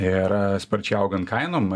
ir sparčiai augant kainom